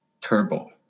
turbo